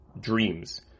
dreams